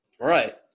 Right